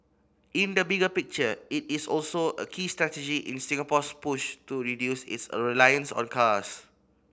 in the bigger picture it is also a key strategy in Singapore's push to reduce its a reliance on cars